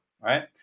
right